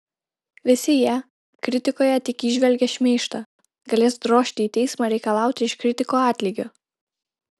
visi jie kritikoje tik įžvelgę šmeižtą galės drožti į teismą reikalauti iš kritikų atlygio